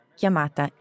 chiamata